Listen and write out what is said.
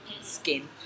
Skin